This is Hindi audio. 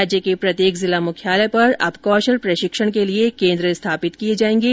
राज्य के प्रत्येक जिला मुख्यालयों पर अब कौशल प्रशिक्षण के लिए केन्द्र स्थापित किए जाएंगे